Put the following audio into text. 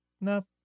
no